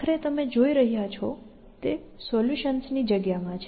આખરે તમે જોઈ રહ્યા છો તે સોલ્યૂશન્સ ની જગ્યામાં છે